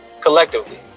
Collectively